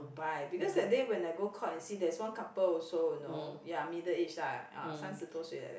buy because that day when I go Courts and see there's one couple also you know ya middle age ah 三十多岁 like that